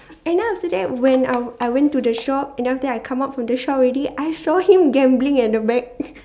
and then after that when I I went to the shop and then after that I come out from the shop already I saw him gambling at the back